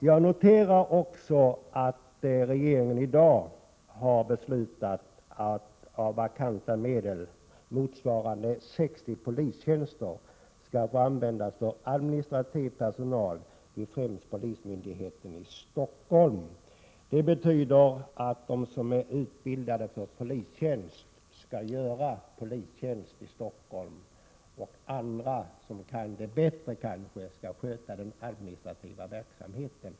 Jag noterar också att regeringen i dag har beslutat att vakanta medel motsvarande 60 polistjänster skall få användas för administrativ personal, främst vid polismyndigheten i Stockholm. Det betyder att de som är utbildade för polistjänst skall göra polistjänst. Den administrativa verksamheten skall andra sköta, som kanske kan det bättre.